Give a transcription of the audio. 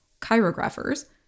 chirographers